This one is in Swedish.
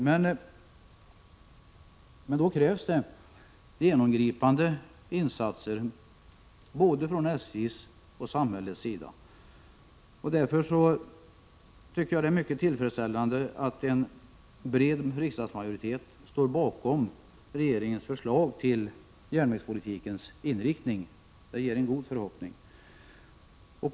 Men då krävs det genomgripande insatser från både SJ:s och samhällets sida. Därför tycker jag att det är mycket tillfredsställande att en bred riksdagsmajoritet står bakom regeringens förslag till inriktning av järnvägspolitiken. Detta inger goda förhoppningar.